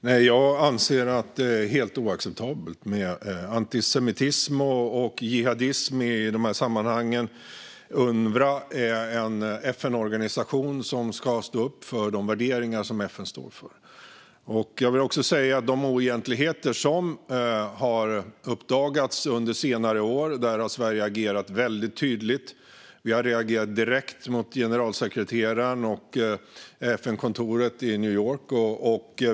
Fru talman! Jag anser att det är helt oacceptabelt med antisemitism och jihadism i de här sammanhangen. Unrwa är en FN-organisation som ska stå upp för de värderingar som FN står för. Jag vill också säga att Sverige har reagerat väldigt tydligt mot de oegentligheter som har uppdagats under senare år. Vi har reagerat direkt mot generalsekreteraren och FN-kontoret i New York.